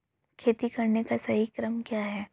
खेती करने का सही क्रम क्या है?